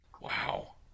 Wow